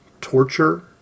torture